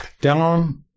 down